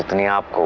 me. ah